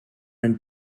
and